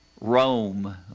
Rome